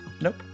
Nope